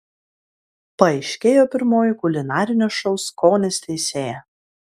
paaiškėjo pirmoji kulinarinio šou skonis teisėja